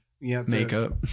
makeup